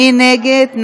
מי נגד?